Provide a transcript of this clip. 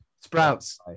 Sprouts